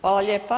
Hvala lijepa.